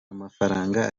amafaranga